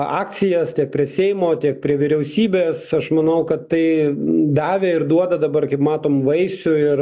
akcijas tiek prie seimo tiek prie vyriausybės aš manau kad tai davė ir duoda dabar kaip matom vaisių ir